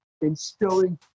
instilling